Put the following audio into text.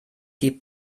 die